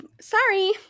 Sorry